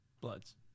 Bloods